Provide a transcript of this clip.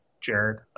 Jared